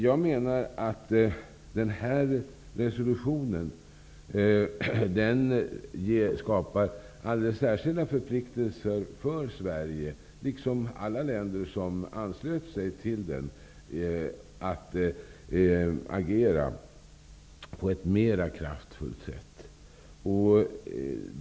Jag menar att denna resolution skapar alldeles särskilda förpliktelser för Sverige, liksom för alla länder som anslöt sig till den, att agera på ett mer kraftfullt sätt.